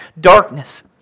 darkness